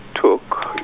took